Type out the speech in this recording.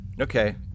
Okay